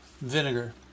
Vinegar